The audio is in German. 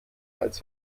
als